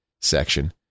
section